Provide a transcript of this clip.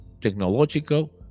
technological